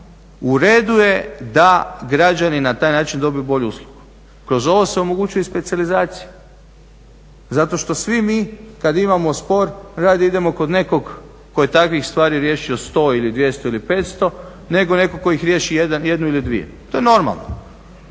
uredu je da građani na taj način dobiju bolju uslugu. Kroz ovo se omogućuje i specijalizacija, zato što svi mi kada imamo spor radije idemo kod nekog tko je takvih stvari riješio 100 ili 200 ili 500 nego netko tko ih riješi jednu ili dvije, to je normalno.